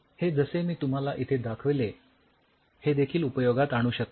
हे जसे मी तुम्हाला इथे दाखविले हेदेखील तुम्ही उपयोगात आणु शकता